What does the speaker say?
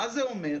מה זה אומר?